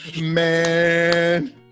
Man